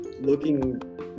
looking